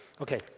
Okay